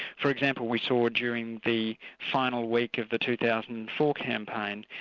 for example, we saw during the final week of the two thousand and four campaign,